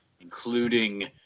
including